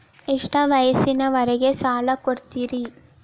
ಎಷ್ಟ ವಯಸ್ಸಿನವರಿಗೆ ಸಾಲ ಕೊಡ್ತಿರಿ?